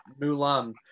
Mulan